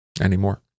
anymore